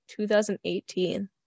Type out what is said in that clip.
2018